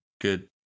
Good